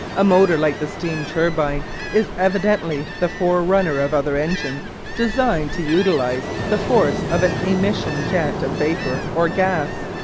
a motor like the steam-turbine is evidently the forerunner of other engines designed to utilise the force of an emission jet of vapour or gas.